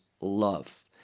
love